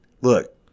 Look